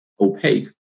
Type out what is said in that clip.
opaque